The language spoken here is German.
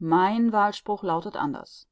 mein wahlspruch lautet anders